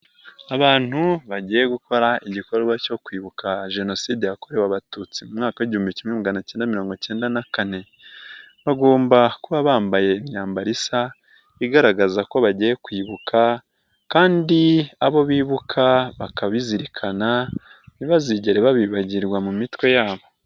Abantu bagiye gukora igikorwa cyo kwibuka Jenoside yakorewe Abatutsi mu mwaka w'igihumbi kimwe magana acyenda mirongo icyenda na kane, bagomba kuba bambaye imyambaro isa, igaragaza ko bagiye kwibuka kandi abo bibuka bakabizirikana, ntibazigere babibagirwa mu mitwe yabo.